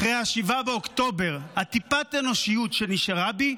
אחרי 7 באוקטובר, טיפת האנושיות שנשארה בי,